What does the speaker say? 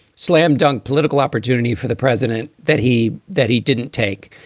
slam dunk political opportunity for the president that he that he didn't take.